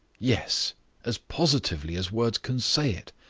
yes as positively as words can say it.